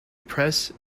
press